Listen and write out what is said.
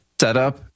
setup